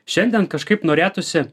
šiandien kažkaip norėtųsi